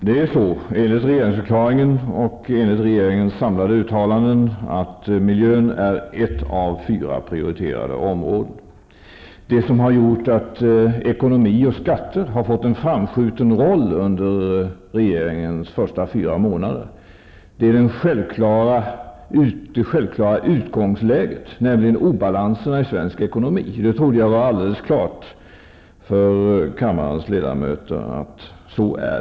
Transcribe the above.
Fru talman! Enligt regeringsförklaringen och enligt regeringens samlade uttalanden är miljön ett av fyra prioriterade områden. Det som har gjort att ekonomi och skatter fått en framskjuten roll under regeringens första fyra månader är det självklara utgångsläget, nämligen obalanserna i svensk ekonomi. Jag trodde att detta stod alldeles klart för kammarens ledamöter.